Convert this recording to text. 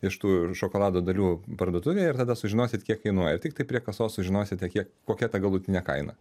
iš tų šokolado dalių parduotuvėje ir tada sužinosit kiek kainuoja ir tiktai prie kasos sužinosite kiek kokia ta galutinė kaina